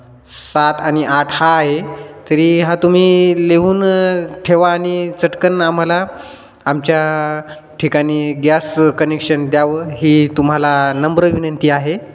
सात आणि आठ हा आहे तरी हा तुम्ही लिहून ठेवा आणि चटकन आम्हाला आमच्या ठिकानी गॅस कनेक्शन द्यावं ही तुम्हाला नम्र विनंती आहे